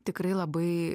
tikrai labai